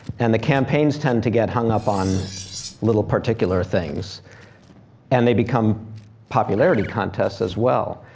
and the campaigns tend to get hung up on little particular things and they become popularity contests as well.